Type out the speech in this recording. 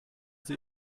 sie